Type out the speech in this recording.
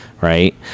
Right